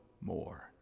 more